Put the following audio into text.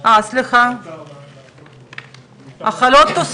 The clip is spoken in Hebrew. השאלה איך אנחנו גורמים לכך שבמו ידינו לא נגדע את